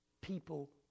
people